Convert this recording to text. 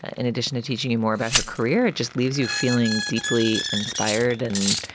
in addition to teaching you more about her career, it just leaves you feeling deeply inspired and